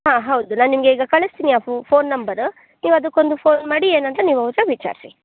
ಹಾಂ ಹೌದು ನಾನು ನಿಮಗೆ ಈಗ ಕಳಿಸ್ತೀನಿ ಆ ಉ ಫೋನ್ ನಂಬರು ನೀವು ಅದಕ್ಕೊಂದು ಫೋನ್ ಮಾಡಿ ಏನು ಅಂತ ನೀವು ಅವ್ರನ್ನ ವಿಚಾರಿಸಿ